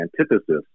antithesis